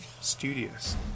studious